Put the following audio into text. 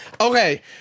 Okay